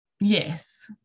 Yes